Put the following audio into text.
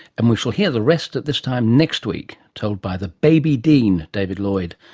and we shall hear the rest at this time next week, told by the baby dean, david lloyd,